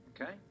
Okay